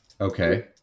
Okay